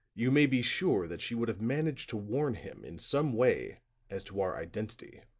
you may be sure that she would have managed to warn him in some way as to our identity.